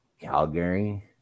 Calgary